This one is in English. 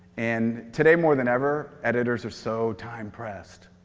and today more than ever editors are so time-pressed